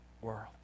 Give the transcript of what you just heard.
world